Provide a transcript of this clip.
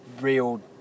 real